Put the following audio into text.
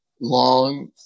long